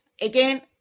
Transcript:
Again